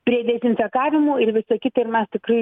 prie dezinfekavimo ir visa kita ir mes tikrai